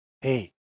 hey